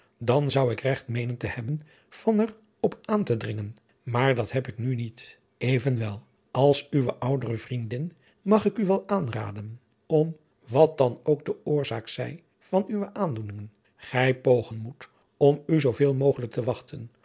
dan zou ik regt meenen te hebben van er op aan te dringen maar dat heb ik nu niet evenwel als uwe oudere vriendin mag ik u wel aanraden om wat dan ook de oorzaak zij van uwe aandoeningen gij pogen moet om u zooveel mogelijk te wachten